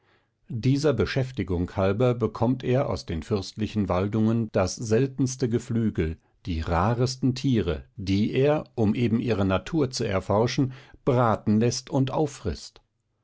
dieser beschäftigung halber bekommt er aus den fürstlichen waldungen das seltenste geflügel die raresten tiere die er um eben ihre natur zu erforschen braten läßt und auffrißt